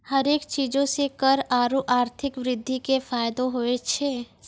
हरेक चीजो से कर आरु आर्थिक वृद्धि के फायदो होय छै